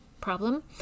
problem